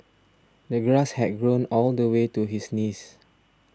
the grass had grown all the way to his knees